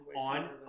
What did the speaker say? on